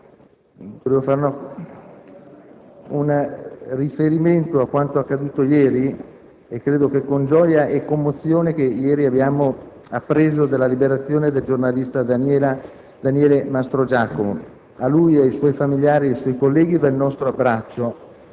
finestra"). Un riferimento a quanto accaduto ieri. Credo che con gioia e commozione abbiamo appreso della liberazione del giornalista Daniele Mastrogiacomo. A lui, ai suoi familiari e ai suoi colleghi va il nostro abbraccio;